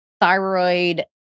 thyroid